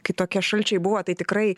kai tokie šalčiai buvo tai tikrai